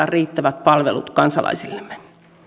riittävät palvelut kansalaisillemme